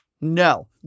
no